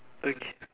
okay